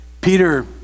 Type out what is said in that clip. Peter